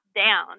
down